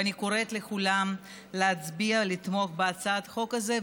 ואני קוראת לכולם להצביע ולתמוך בהצעת החוק הזאת.